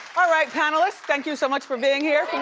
alright panelists, thank you so much for being here.